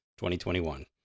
2021